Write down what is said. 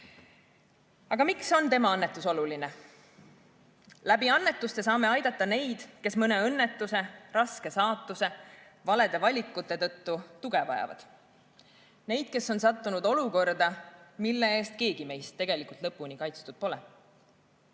Aga miks on tema annetus oluline? Annetustega saame aidata neid, kes mõne õnnetuse, raske saatuse või valede valikute tõttu tuge vajavad. Neid, kes on sattunud olukorda, mille eest keegi meist tegelikult lõpuni kaitstud pole